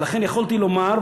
ולכן יכולתי לומר,